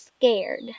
scared